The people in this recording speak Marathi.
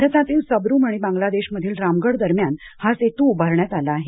भारतातील सबरूम आणि बांगलादेशमधील रामगढ दरम्यान हा सेतू उभारण्यात आला आहे